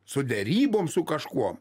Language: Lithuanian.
su derybom su kažkuo